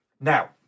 Now